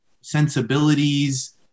sensibilities